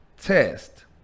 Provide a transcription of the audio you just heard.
test